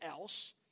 else